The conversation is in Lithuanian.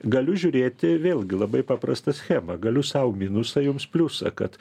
galiu žiūrėti vėlgi labai paprastą schemą galiu sau minusą jums pliusą kad